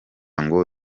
ngo